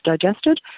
digested